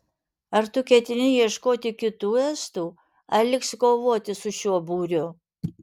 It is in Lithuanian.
ar tu ketini ieškoti kitų estų ar liksi kovoti su šiuo būriu